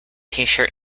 shirt